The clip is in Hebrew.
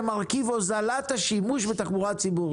להוזלת השימוש בתחבורה הציבורית.